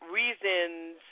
reasons